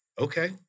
okay